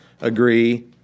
agree